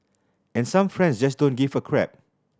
and some friends just don't give a crap